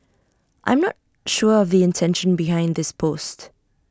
I'm not sure of the intention behind this post